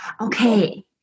Okay